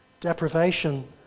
deprivation